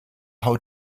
how